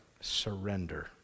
surrender